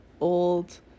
old